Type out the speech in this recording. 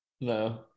No